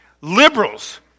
liberals